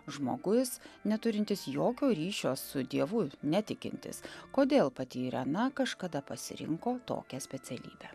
žmogus neturintis jokio ryšio su dievu netikintis kodėl patyrė ana kažkada pasirinko tokią specialybę